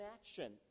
action